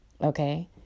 okay